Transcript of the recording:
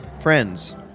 friends